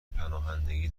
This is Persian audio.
پناهندگی